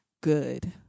good